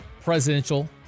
presidential